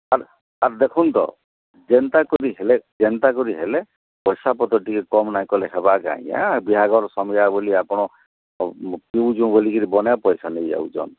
ଆର୍ ଆର୍ ଦେଖନ୍ତୁ ତ ଯେନ୍ତା କରି ହେଲେ ଯେନ୍ତା କରି ହେଲେ ପଇସା ପତ୍ର ଟିକେ କମ ନାହିଁ କଲେ ହେବାକି ଆଜ୍ଞା ବିହାଘର ସମୟ ବୋଲି ଆପଣ ପିଉଛୁଁ ବୋଲିକରି ବନେ ପଇସା ନେଇଯାଉଛନ୍